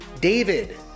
David